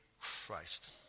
Christ